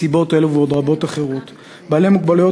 מסיבות אלה ועוד רבות אחרות בעלי מוגבלויות